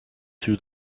threw